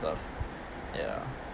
ya